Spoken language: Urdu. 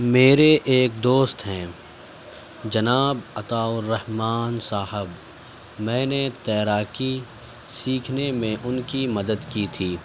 میرے ایک دوست ہیں جناب عطاءالرحمن صاحب میں نے تیراکی سیکھنے میں ان کی مدد کی تھی